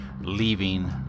leaving